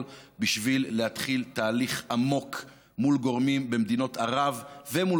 בשביל להתחיל תהליך עמוק מול גורמים במדינות ערב ומול